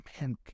man